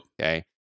okay